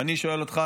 ואני שואל אתכם,